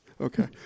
Okay